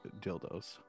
dildos